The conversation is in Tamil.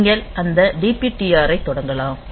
நீங்கள் அந்த DPTR ஐ தொடங்கலாம்